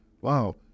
wow